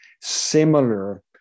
similar